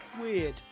Weird